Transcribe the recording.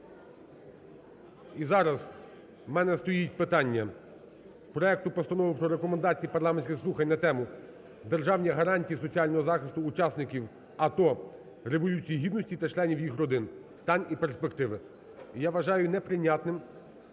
І зараз в мене стоїть питання проекту Постанови про Рекомендації парламентських слухань на тему: "Державні гарантії соціального захисту учасників АТО, Революції Гідності та членів їх родин: стан і перспективи". Я вважаю неприйнятним,